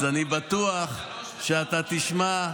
אז אני בטוח שאתה תשמע,